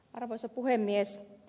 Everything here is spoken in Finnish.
arvoisa puhemies